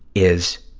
is